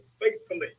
faithfully